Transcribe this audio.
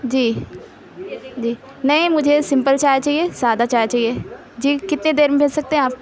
جی جی نہیں مجھے سمپل چائے چاہیے سادہ چائے چاہیے جی کتنے دیر میں بھیج سکتے آپ